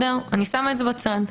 אני שמה את זה בצד.